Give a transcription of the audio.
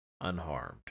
unharmed